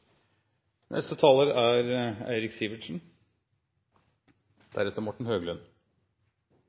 Neste taler er